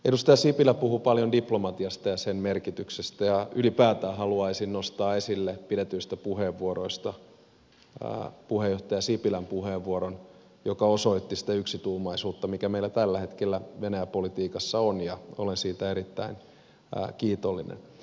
edustaja sipilä puhui paljon diplomatiasta ja sen merkityksestä ja ylipäätään haluaisin nostaa esille pidetyistä puheenvuoroista puheenjohtaja sipilän puheenvuoron joka osoitti sitä yksituumaisuutta mikä meillä tällä hetkellä venäjä politiikassa on ja olen siitä erittäin kiitollinen